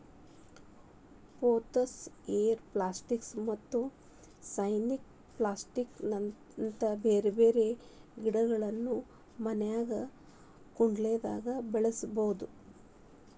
pothos, air plants ಮತ್ತ snake plant ನಂತ ಬ್ಯಾರ್ಬ್ಯಾರೇ ಗಿಡಗಳನ್ನ ಮನ್ಯಾಗ ಕುಂಡ್ಲ್ದಾಗ ಬೆಳಸಬೋದು